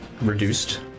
reduced